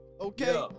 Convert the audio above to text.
okay